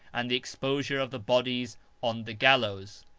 and the exposure of the bodies on the gallows.